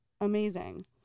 amazing